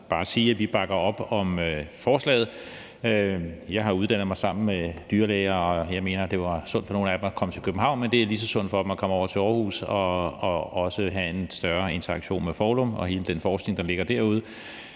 bare sige, at vi bakker op om forslaget. Jeg har uddannet mig sammen med dyrlæger, og jeg mener, at det var sundt for nogle af dem at komme til København, men det er lige så sundt for dem at komme til Aarhus og også have en større interaktion med Foulum og hele den forskning, der ligger derude.